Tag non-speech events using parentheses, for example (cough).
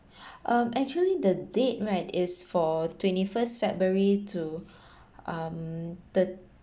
(breath) um actually the date right is for twenty first february to (breath) um thir~